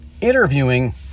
interviewing